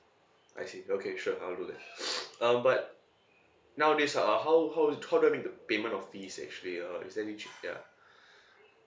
I see okay sure I'll do that um but nowadays a'ah how how t~ how do I make the payment of fees actually uh is there any ch~ ya